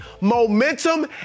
momentum